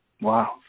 Wow